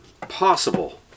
possible